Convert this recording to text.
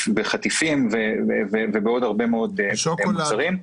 ובחטיפים ובעוד הרבה מאוד מוצרים.